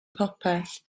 popeth